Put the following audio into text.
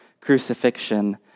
crucifixion